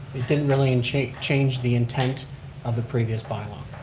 it didn't really and change change the intent of the previous by-law.